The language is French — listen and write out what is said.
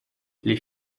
les